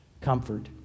comfort